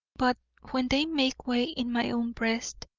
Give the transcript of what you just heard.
but when they make way in my own breast,